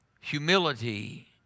Humility